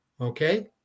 Okay